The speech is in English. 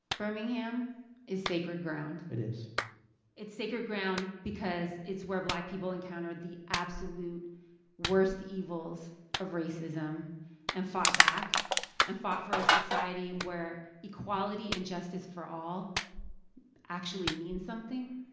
birmingham is sacred ground it is it's sacred ground because it's where black people encountered the absolute worst evils of racism and fought back and fought for a society where equality and justice for all actually mean something.